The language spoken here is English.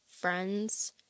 friends